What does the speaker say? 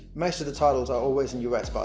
most of the titles are always in us but